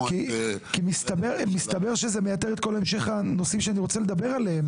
אבל מסתבר שזה מייתר את כל שאר הנושאים שאני רוצה לדבר עליהם.